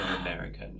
american